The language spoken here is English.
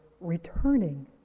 returning